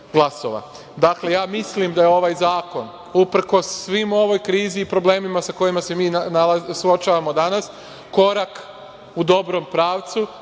mislim da je ovaj zakon, uprkos svoj ovoj krizi i problemima sa kojima se suočavamo danas, korak u dobrom pravcu.